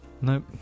Nope